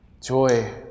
joy